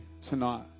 tonight